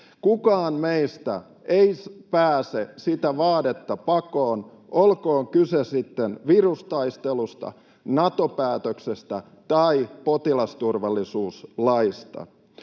Kukaan meistä ei pääse sitä vaadetta pakoon, olkoon kyse sitten virustaistelusta, Nato-päätöksestä tai potilasturvallisuuslaista.